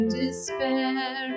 despair